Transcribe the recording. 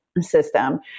system